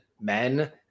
men